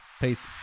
Peace